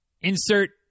Insert